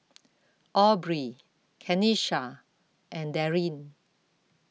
Aubrie Kenisha and Daryn